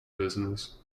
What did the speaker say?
business